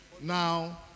Now